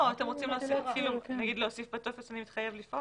אתם רוצים להוסיף כאן מתחייב לפעול?